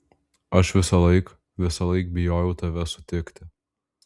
aš visąlaik visąlaik bijojau tave sutikti